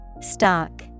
Stock